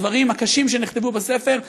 הדברים הקשים שנכתבו בספר,